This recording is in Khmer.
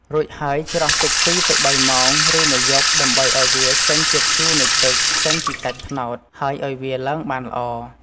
រួចហើយច្រោះទុក ២ ទៅ ៣ម៉ោង ឬមួយយប់ដើម្បីឱ្យវាចេញជាតិជូរ នៃទឹកចេញពីសាច់ត្នោត ហើយឱ្យវាឡើងបានល្អ។